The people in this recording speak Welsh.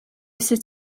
sut